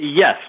Yes